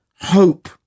hope